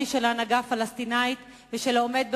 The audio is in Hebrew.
של ההנהגה הפלסטינית ושל העומד בראשה,